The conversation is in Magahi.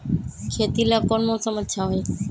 खेती ला कौन मौसम अच्छा होई?